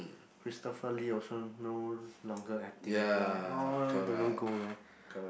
Christopher-Lee also no longer acting already like all don't know go where